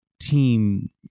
team